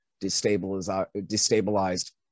destabilized